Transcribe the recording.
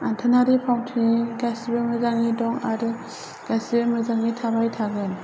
आथोनारि फावथाइ गासिबो मोजाङै दं आरो गासिबो मोजाङै थाबाय थागोन